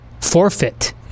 forfeit